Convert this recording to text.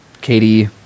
Katie